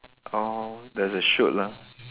oh there's a shoot lah